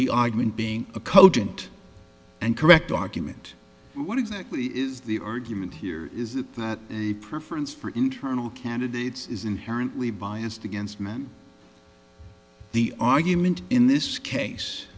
the argument being a cogent and correct argument what exactly is the argument here is that the performance for internal candidates is inherently biased against men the argument in this case